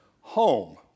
home